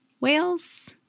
whales